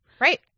right